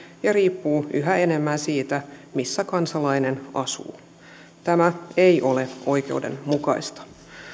ja riippuu yhä enemmän siitä missä kansalainen asuu tämä ei ole oikeudenmukaista